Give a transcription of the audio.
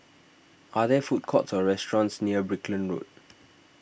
are there food courts or restaurants near Brickland Road